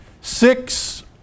six